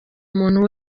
muntu